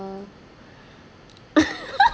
uh